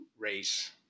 race